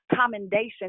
commendation